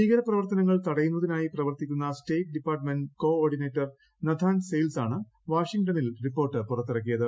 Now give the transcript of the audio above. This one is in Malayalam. ഭീകര പ്രപർത്തനങ്ങൾ തടയുന്നതിനായി പ്രവർത്തിക്കുന്ന state department coordinator Nathan Sales ആണ് വാഷിംഗ്ടണിൽ റിപ്പോർട്ട് പുറത്തിറക്കിയത്